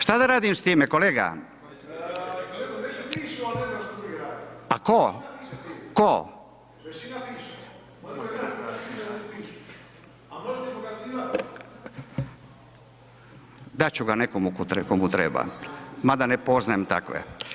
Šta da radim s time, kolega? … [[Upadica se ne čuje.]] Tko, tko? … [[Upadica se ne čuje.]] Dat ću ga nekom komu treba, mada ne poznajem takve.